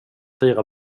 fira